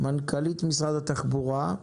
מנכ"לית משרד התחבורה,